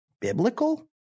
biblical